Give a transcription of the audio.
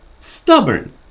stubborn